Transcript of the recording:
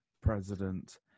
president